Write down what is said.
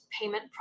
payment